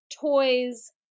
toys